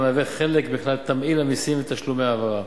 מהווה חלק מכלל תמהיל המסים ותשלומי ההעברה.